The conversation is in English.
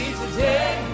today